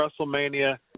WrestleMania